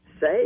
say